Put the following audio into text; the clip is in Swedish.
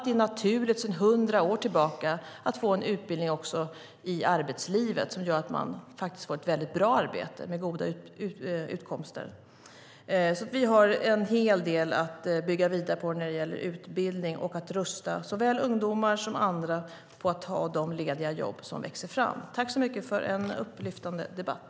Där är det sedan 100 år tillbaka naturligt att få en utbildning också i arbetslivet, vilket gör att man får ett väldigt bra arbete med goda utkomster. Vi har alltså en hel del att bygga vidare på när det gäller utbildning och att rusta såväl ungdomar som andra för att ta de lediga jobb som växer fram. Tack för en upplyftande debatt!